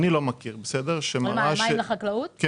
אני לא מכיר עבודה שאומרת,